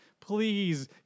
Please